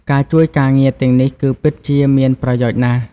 ការជួយការងារទាំងនេះ គឺពិតជាមានប្រយោជន៍ណាស់។